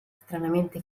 stranamente